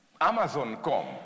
Amazon.com